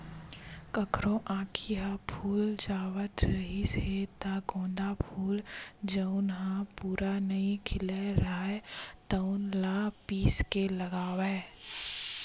कखरो आँखी ह फूल जावत रिहिस हे त गोंदा फूल जउन ह पूरा नइ खिले राहय तउन ल पीस के लगावय